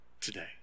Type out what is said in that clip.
today